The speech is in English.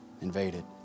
invaded